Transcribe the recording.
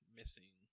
missing